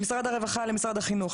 למשרד הרווחה ולמשרד החינוך,